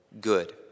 good